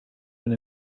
been